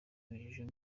urujijo